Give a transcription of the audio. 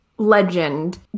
legend